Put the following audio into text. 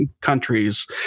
countries